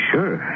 Sure